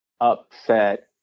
upset